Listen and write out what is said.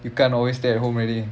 you can't always stay at home already